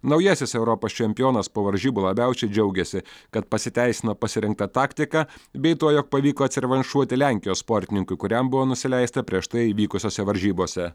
naujasis europos čempionas po varžybų labiausiai džiaugėsi kad pasiteisino pasirinkta taktika bei tuo jog pavyko atsirevanšuoti lenkijos sportininkui kuriam buvo nusileista prieš tai vykusiose varžybose